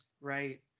right